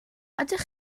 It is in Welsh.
ydych